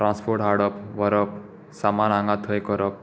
transport हाडप व्हरप सामान हांगां थंय करप